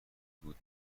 بود